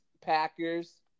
Packers